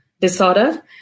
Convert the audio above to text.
disorder